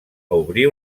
obrir